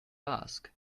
ask